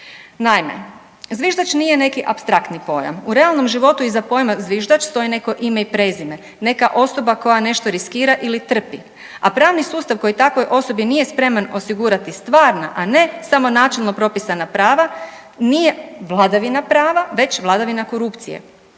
Naime, zviždač nije neki apstraktni pojam. U realnom životu, iza pojma zviždač stoji neko ime i prezime. Neka osoba koja nešto riskira ili trpi, a pravni sustav koji takvoj osobi nije spreman osigurati stvarna, a ne samo načelno propisana prava, nije vladavina prava već vladavina korupcije.